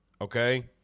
okay